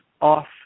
off